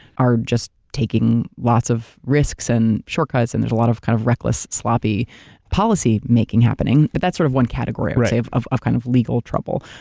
are just taking lots of risks and shortcuts and there's a lot of kind of reckless sloppy policy making happening. but that's sort of one category i would say of of kind of legal trouble.